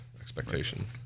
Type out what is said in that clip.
expectation